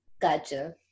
Gotcha